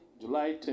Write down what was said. July